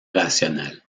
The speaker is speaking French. rationnelle